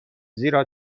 زیرا